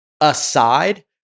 aside